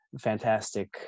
fantastic